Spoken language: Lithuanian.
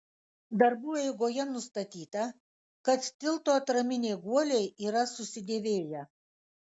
darbų eigoje nustatyta kad tilto atraminiai guoliai yra susidėvėję